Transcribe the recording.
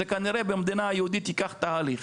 כנראה במדינה יהודית זה ייקח תהליך.